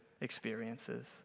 experiences